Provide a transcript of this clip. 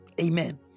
Amen